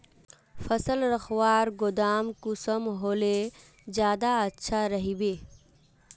फसल रखवार गोदाम कुंसम होले ज्यादा अच्छा रहिबे?